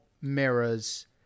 mirrors